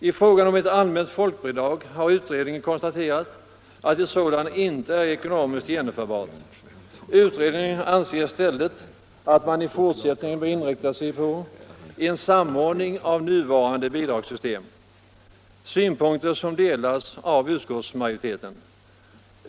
I fråga om ett allmänt folkbidrag har utredningen konstaterat att ett sådant inte är ekonomiskt genomförbart. Utredningen anser i stället att man i fortsättningen bör Nr 25 inrikta sig på en samordning av nuvarande bidragssystem. Dessa synpunkter delas av utskottsmajoriteten.